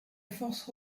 fort